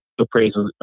appraisals